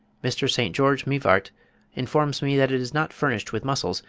mr. st. george mivart informs me that it is not furnished with muscles,